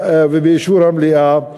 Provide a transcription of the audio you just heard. ובאישור המליאה,